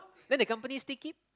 then the company still keep